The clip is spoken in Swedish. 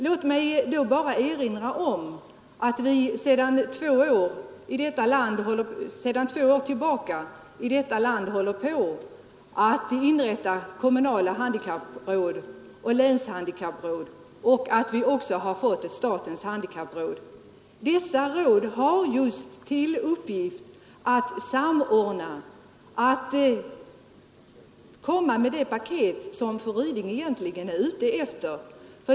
Låt mig bara erinra om att vi sedan två år tillbaka håller på att inrätta kommunala handikappråd och länshandikappråd i detta land och att vi också fått ett statens handikappråd. Dessa råd har just till uppgift att samordna, att komma med det paket som fru Ryding talar om.